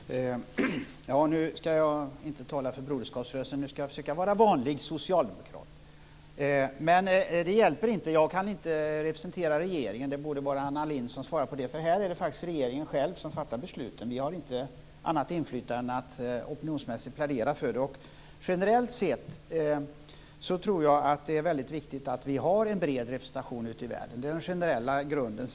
Fru talman! Nu ska jag inte tala för Broderskapsrörelsen, nu ska jag försöka vara vanlig socialdemokrat. Men det hjälper inte. Jag kan inte representera regeringen. Det borde vara Anna Lindh som svarar på detta. Här är det faktiskt regeringen själv som fattar besluten. Vi har inte annat inflytande än att opinionsmässigt plädera för vår synpunkt. Generellt sett tror jag att det är väldigt viktigt att vi har en bred representation ute i världen. Det är den generella grunden.